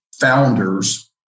founders